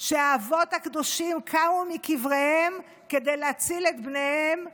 שהאבות הקדושים קמו מקבריהם כדי להציל את בניהם,